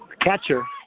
Catcher